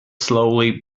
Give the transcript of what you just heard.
slowly